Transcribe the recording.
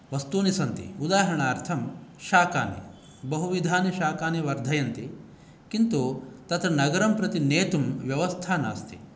वस्तूनि सन्ति उदाहरणार्थं शाकानि बहुविधानि शाकानि वर्धयन्ति किन्तु तत् नगरं प्रति नेतुं व्यवस्था नास्ति